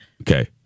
Okay